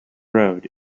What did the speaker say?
road